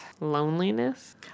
loneliness